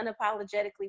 unapologetically